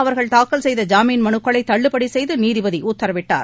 அவர்கள் தாக்கல் செய்த ஜாமீன் மனுக்களை தள்ளுபடி செய்து நீதிபதி உத்தரவிட்டார்